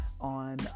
on